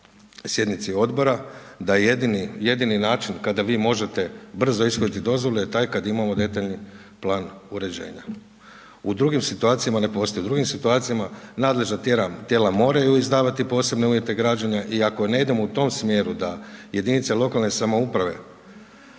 sjednici Odbora, da jedini način kada vi možete brzo ishoditi dozvolu je taj kad imamo detaljni plan uređenja, u drugim situacijama ne postoji, u drugim situacijama nadležna tijela moraju izdavati posebne uvjete građenja, i ako ne idemo u tom smjeru da jedinice lokalne samouprave